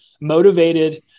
motivated